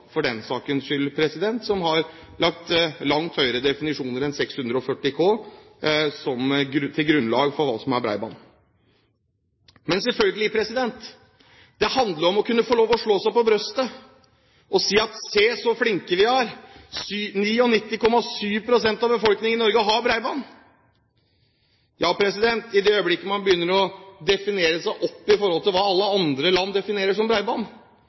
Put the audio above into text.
for den saks skyld, som har lagt langt høyere definisjoner enn 640 kbit/s til grunn for hva som er bredbånd. Men selvfølgelig: Det handler om å kunne få lov til å slå seg på brystet og si: Se, så flinke vi er – 99,7 pst. av befolkningen i Norge har bredbånd! I det øyeblikket man begynner å definere seg opp i forhold til hva alle andre land definerer som